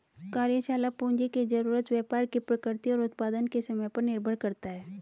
कार्यशाला पूंजी की जरूरत व्यापार की प्रकृति और उत्पादन के समय पर निर्भर करता है